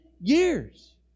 years